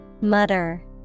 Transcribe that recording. Mutter